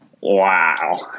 wow